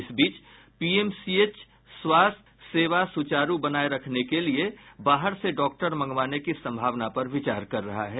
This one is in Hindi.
इस बीच पीएमसीएच स्वास्थ्य सेवा सुचारू बनाये रखने के लिए बाहर से डॉक्टर मंगवाने की सम्भावना पर विचार कर रहा है